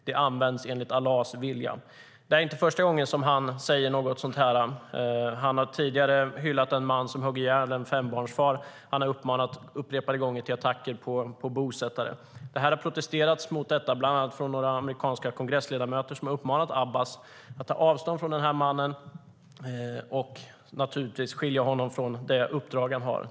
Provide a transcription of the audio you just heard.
De används enligt Allahs vilja. Det är inte första gången som han säger något sådant. Han har tidigare hyllat en man som högg ihjäl en fembarnsfar. Han har upprepade gånger uppmanat till attacker på bosättare. Det har protesterats mot detta. Bland annat har några amerikanska kongressledamöter uppmanat Abbas att ta avstånd från den här mannen och naturligtvis skilja honom från det uppdrag han har.